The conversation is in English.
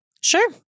Sure